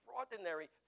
extraordinary